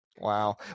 Wow